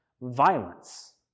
violence